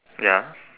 ya